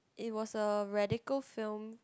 it was a radical film